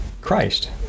Christ